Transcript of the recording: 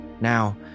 Now